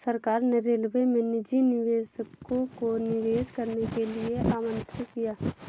सरकार ने रेलवे में निजी निवेशकों को निवेश करने के लिए आमंत्रित किया